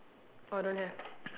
orh don't have